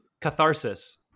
catharsis